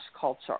culture